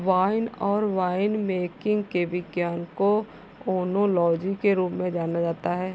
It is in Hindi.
वाइन और वाइनमेकिंग के विज्ञान को ओनोलॉजी के रूप में जाना जाता है